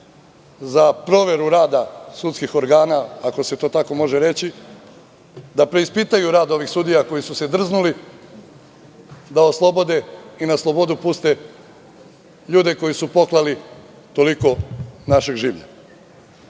za proveru rada sudskih organa, ako se to tako može reći, da preispitaju rad ovih sudija koji su se drznuli da oslobode i na slobodu puste ljude koji su poklali toliko našeg življa. Lično